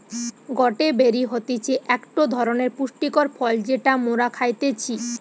গটে বেরি হতিছে একটো ধরণের পুষ্টিকর ফল যেটা মোরা খাইতেছি